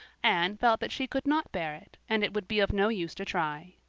anne felt that she could not bear it and it would be of no use to try.